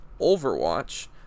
Overwatch